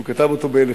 והוא כתב אותו ב-1923,